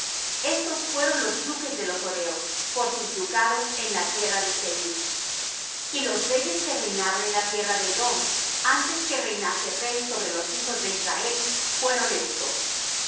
estos fueron los duques de los horeos por sus ducados en la tierra de seir y los reyes que reinaron en la tierra de edom antes que reinase rey sobre los hijos de israel fueron estos